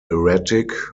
erratic